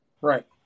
right